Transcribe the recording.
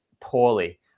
poorly